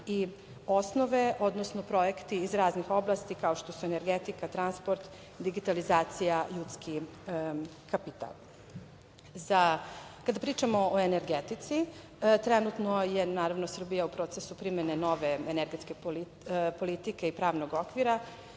i osnove, odnosno projekti iz raznih oblasti kao što su energetika, transport, digitalizacija, ljudski kapital. Kada pričamo o energetici, trenutno je Srbija u procesu primene nove energetske politike i pravnog okvira,